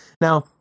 Now